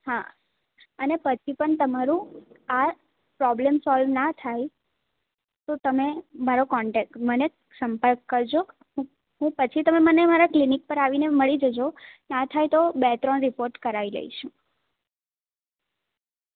હા અને પછી પણ તમારું આ પ્રોબ્લેમ સોલ્વ ન થાય તો તમે મારો કોન્ટેક મને સંપર્ક કરજો હું હું પછી તમે મારા ક્લિનિક પર આવીને મળી જજો ન થાય તો બે ત્રણ રિપોર્ટ કરાવી લઈશું